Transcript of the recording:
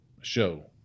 show